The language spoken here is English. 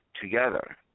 together